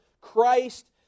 Christ